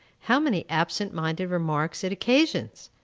how many absent-minded remarks it occasions!